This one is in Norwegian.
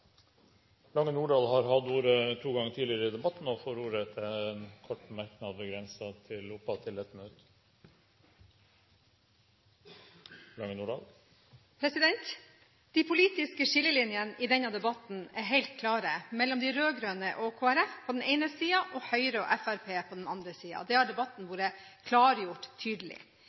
har hatt ordet to ganger tidligere og får ordet til en kort merknad, begrenset til 1 minutt. De politiske skillelinjene i denne debatten er helt klare, mellom de rød-grønne og Kristelig Folkeparti på den ene siden og Høyre og Fremskrittspartiet på den andre siden. Det har debatten klargjort tydelig.